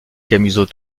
camusot